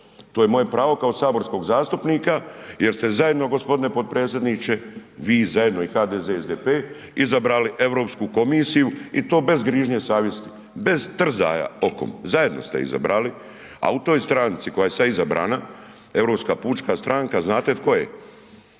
To je moje pravo kao saborskog zastupnika jel ste zajedno gospodine potpredsjedniče vi zajedno i HDZ i SDP izabrali Europsku komisiju i to bez grižnje savjesti, bez trzaja okom, zajedno ste izabrali a u toj stranci koja je sada izabrana Europska pučka stranka, znate tko je,